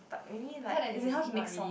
but really like as in how he make song